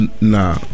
nah